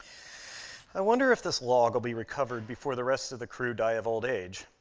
i wonder if this log will be recovered before the rest of the crew die of old age.